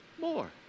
more